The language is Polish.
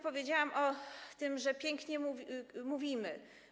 Powiedziałam tu o tym, że pięknie mówimy.